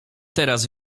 teraz